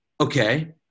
okay